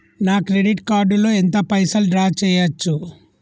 నా credit card లో ఎంత పైసల్ డ్రా చేయచ్చు?